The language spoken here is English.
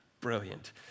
Brilliant